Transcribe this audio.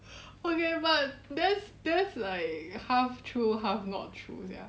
okay but that's that's like half true half not true sia